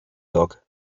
dog